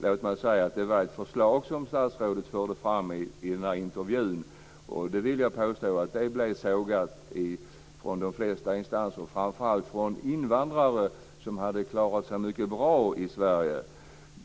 Låt mig säga att det var ett förslag som statsrådet förde fram i intervjun. Jag vill påstå att det blev sågat från de flesta instanser, framför allt från de invandrare som hade klarat sig mycket bra i Sverige.